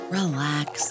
relax